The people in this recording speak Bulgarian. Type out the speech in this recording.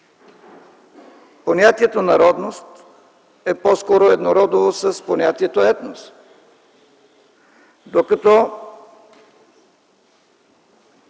понятието „народност” е по-скоро еднородово с понятието „етнос”,